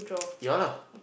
yeah lah